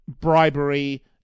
bribery